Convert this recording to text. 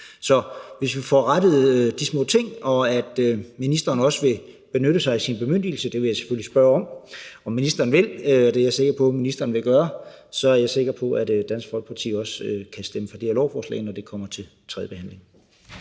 Så hvis vi får rettet de små ting og ministeren også vil benytte sig af sin bemyndigelse – det vil jeg selvfølgelig spørge om ministeren vil; det er jeg sikker på ministeren vil gøre – så er jeg sikker på, at Dansk Folkeparti også kan stemme for det her lovforslag, når det kommer til tredjebehandling.